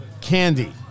candy